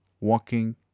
Walking